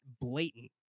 blatant